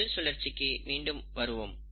செல் சுழற்சிக்கு மீண்டும் வருவோம்